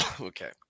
okay